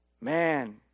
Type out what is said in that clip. Man